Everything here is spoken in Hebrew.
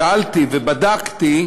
שאלתי ובדקתי,